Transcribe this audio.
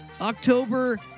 October